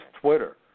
Twitter